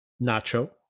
Nacho